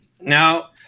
Now